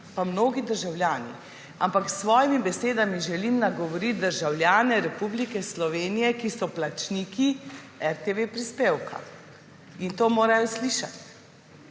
Pa mnogi državljani. Ampak s svojimi besedami želim nagovoriti državljane Republike Slovenije, ki so plačniki RTV prispevka. In to morajo slišati.